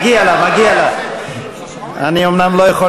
כולל, התקבל